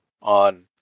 on